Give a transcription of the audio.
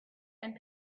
and